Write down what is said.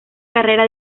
carrera